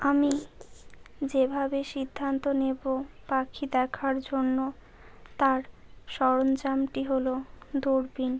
আমি যেভাবে সিদ্ধান্ত নেব পাখি দেখার জন্য তার সরঞ্জামটি হলো দূরবিন